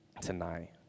tonight